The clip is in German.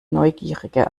neugierige